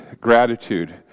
gratitude